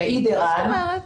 יעיד ערן גלובוס,